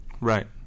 Right